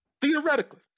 Theoretically